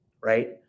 right